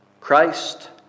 Christ